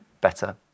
better